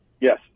Yes